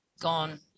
gone